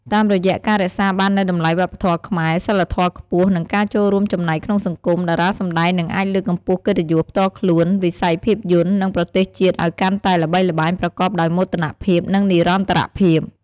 តាមរយៈការរក្សាបាននូវតម្លៃវប្បធម៌ខ្មែរ សីលធម៌ខ្ពស់ និងការចូលរួមចំណែកក្នុងសង្គម តារាសម្ដែងនឹងអាចលើកកម្ពស់កិត្តិយសផ្ទាល់ខ្លួន វិស័យភាពយន្ត និងប្រទេសជាតិឱ្យកាន់តែល្បីល្បាញប្រកបដោយមោទនភាព និងនិរន្តរភាព។